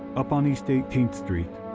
up on e so eighteenth street,